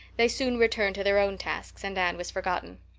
they soon returned to their own tasks and anne was forgotten.